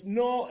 no